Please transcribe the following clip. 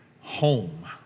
home